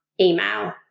email